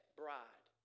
bride